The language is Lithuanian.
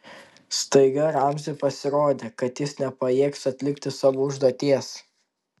staiga ramziui pasirodė kad jis nepajėgs atlikti savo užduoties